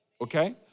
okay